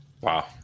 Wow